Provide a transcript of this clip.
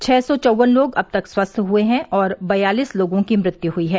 छः सौ चौवन लोग अब तक स्वस्थ हुए हैं और बयालीस लोगों की मृत्यु हुई है